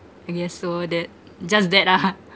I guess so that just that lah ha